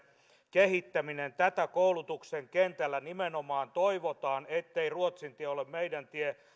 kehittäminen tätä koulutuksen kentällä nimenomaan toivotaan ettei ruotsin tie ole meidän tiemme